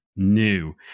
New